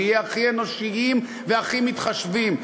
נהיה הכי אנושיים והכי מתחשבים,